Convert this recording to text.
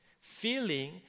feeling